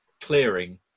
clearing